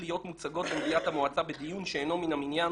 להיות מוצגות במליאת המועצה בדיון שאינו מן המניין,